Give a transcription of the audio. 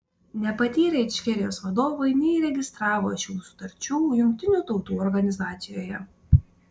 nepatyrę ičkerijos vadovai neįregistravo šių sutarčių jungtinių tautų organizacijoje